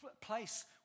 place